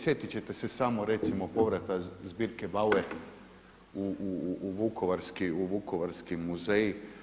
Sjetit ćete se samo recimo povrata zbirke Bauer u Vukovarski muzej.